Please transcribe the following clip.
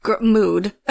mood